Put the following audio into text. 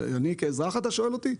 כאזרח אתה שואל אותי?